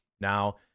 now